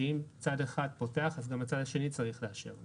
אם צד אחד פותח, גם הצד השני צריך לאפשר לו.